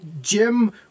Jim